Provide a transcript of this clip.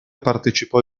partecipò